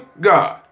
God